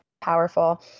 powerful